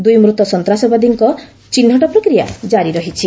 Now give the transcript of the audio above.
ଦୁଇ ମୂତ ସନ୍ତାସବାଦୀଙ୍କ ଚିହ୍ନଟ ପ୍ରକ୍ୟିୟା ଜାରି ରହିଛି